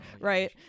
right